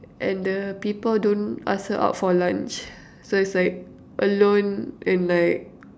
and the people don't ask her out for lunch so it's like alone and like